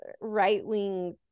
right-wing